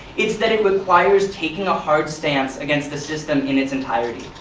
it's that it requires taking a hard stance against the system in its entirety.